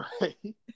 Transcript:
Right